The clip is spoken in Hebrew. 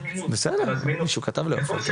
בסדר, אז מישהו כתב לעופר.